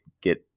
get